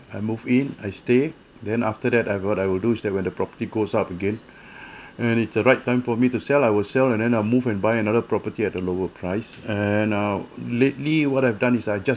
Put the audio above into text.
I move in I stay then after that I what I will do that when the property goes up again and it's the right time for me to sell I will sell and then uh move and buy another property at a lower price and uh lately what I've done is I've just